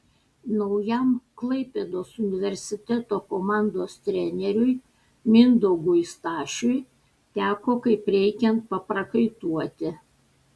naujam klaipėdos universiteto komandos treneriui mindaugui stašiui teko kaip reikiant paprakaituoti